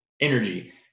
energy